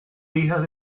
hijas